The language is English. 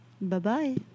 Bye-bye